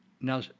Now